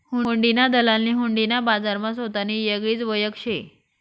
हुंडीना दलालनी हुंडी ना बजारमा सोतानी येगळीच वयख शे